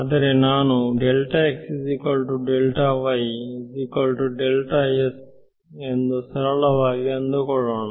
ಆದ್ದರಿಂದ ನಾನು ಎಂದು ಸರಳವಾಗಿ ಅಂದುಕೊಳ್ಳೋಣ